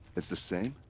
it's the same?